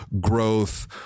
growth